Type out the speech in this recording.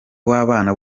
w’abana